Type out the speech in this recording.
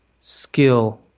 skill